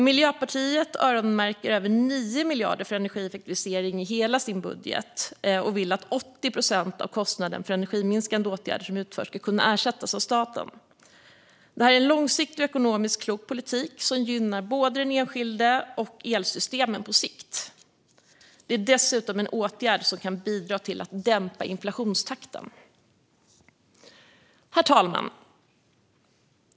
Miljöpartiet öronmärker över 9 miljarder för energieffektivisering i hela sin budget och vill att 80 procent av kostnaden för energiminskande åtgärder som utförs ska kunna ersättas av staten. Detta är en långsiktig och ekonomiskt klok politik som gynnar både den enskilde och elsystemen på sikt. Det är dessutom en åtgärd som kan bidra till att dämpa inflationstakten. Herr talman!